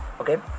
Okay